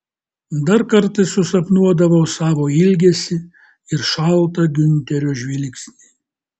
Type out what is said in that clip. dar kartais susapnuodavau savo ilgesį ir šaltą giunterio žvilgsnį